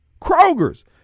Kroger's